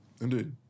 Indeed